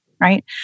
right